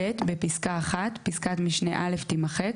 ; (ב) בפסקה (1), פסקת משנה (א) תימחק